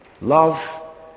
love